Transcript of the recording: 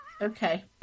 Okay